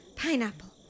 pineapple